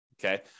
okay